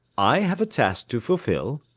i have a task to fulfil?